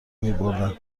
میبردند